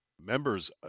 members